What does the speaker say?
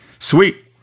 sweet